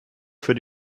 für